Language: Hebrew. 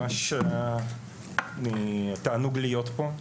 ממש תענוג להיות פה,